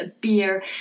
beer